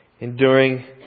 enduring